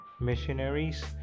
missionaries